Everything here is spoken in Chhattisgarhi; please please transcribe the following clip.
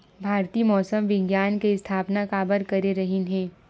भारती मौसम विज्ञान के स्थापना काबर करे रहीन है?